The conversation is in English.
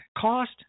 cost –